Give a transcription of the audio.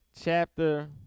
chapter